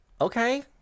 okay